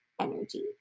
energy